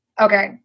okay